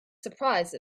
surprised